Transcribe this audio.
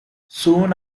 soon